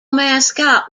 mascot